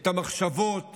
את המחשבות